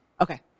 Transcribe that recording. Okay